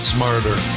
Smarter